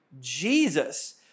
Jesus